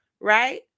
right